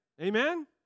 Amen